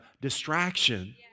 distraction